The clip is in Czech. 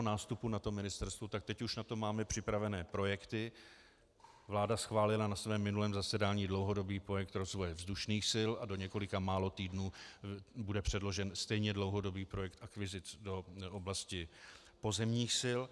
Na rozdíl od našeho nástupu na ministerstvo teď už na to máme připraveny projekty, vláda schválila na svém minulém zasedání dlouhodobý projekt rozvoje vzdušných sil a do několika málo týdnů bude předložen stejně dlouhodobý projekt akvizic do oblasti pozemních sil.